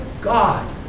God